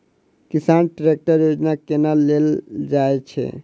किसान ट्रैकटर योजना केना लेल जाय छै?